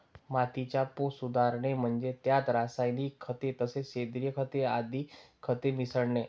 मातीचा पोत सुधारणे म्हणजे त्यात रासायनिक खते तसेच सेंद्रिय खते आदी खते मिसळणे